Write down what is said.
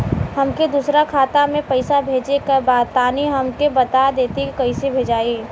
हमके दूसरा खाता में पैसा भेजे के बा तनि हमके बता देती की कइसे भेजाई?